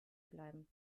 bleiben